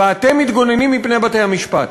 ואתם מתגוננים מפני בתי-המשפט.